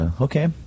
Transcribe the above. Okay